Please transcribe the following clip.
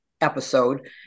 episode